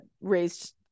raised